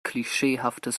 klischeehaftes